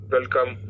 Welcome